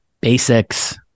Basics